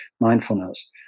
mindfulness